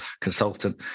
consultant